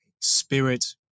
spirit